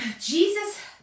Jesus